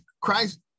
Christ